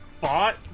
bought